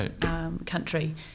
country